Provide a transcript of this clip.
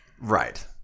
Right